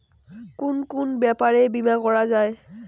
কুন কুন ব্যাপারে বীমা করা যায়?